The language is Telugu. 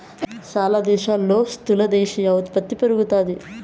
చాలా దేశాల్లో స్థూల దేశీయ ఉత్పత్తి పెరుగుతాది